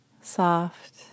soft